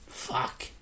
Fuck